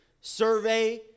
survey